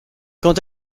quand